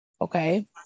Okay